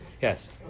Yes